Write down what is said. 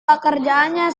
pekerjaannya